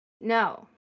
no